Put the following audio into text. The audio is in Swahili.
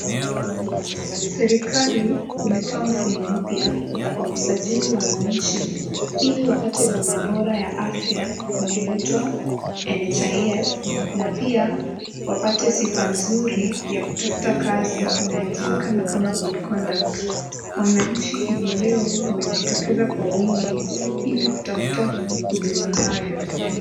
Serikali ilitoa mfumo mpya wa kusajili wananchi ili wapate bima bora ya afya inayoitwa NHIF na pia wapate sifa nzuri ya kutafuta kazi inayojulikana kama good conduct . Wananchi hivi leo wamejitokeza kwa wingi ili kutafuta huduma haya.